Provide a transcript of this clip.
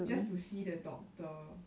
just to see the doctor